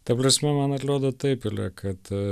ta prasme man atrodo taip yra kad